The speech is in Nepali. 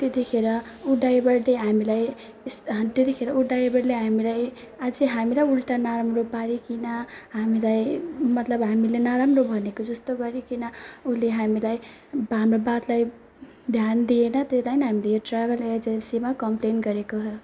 त्यतिखेर ऊ ड्राइभरले हामीलाई यस्त त्यतिखेर ऊ ड्राइभरले हामीलाई अझै हामीलाई उल्टा नराम्रो पारिकन हामीलाई मतलब हामीले नराम्रो भनेको जस्तो गरिकन उसले हामीलाई हाम्रो बातलाई ध्यान दिएन त्यही लागि हामीले यो ट्राभल एजेन्सीमा कम्प्लेन गरेको हो